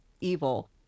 evil